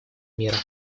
мира